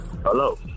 Hello